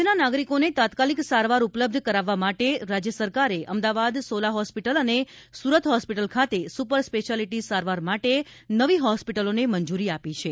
રાજ્યના નાગરિકોને તાત્કાલિક સારવાર ઉપલબ્ધ કરાવવા માટે રાજ્ય સરકારે અમદાવાદ સોલા હોસ્પિટલ અને સુરત હોસ્પિટલ ખાતે સુપર સ્પેશિયાલીટી સારવાર માટે નવી હોસ્પિટલોને મંજુરી આપી છે